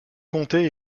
comté